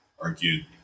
argued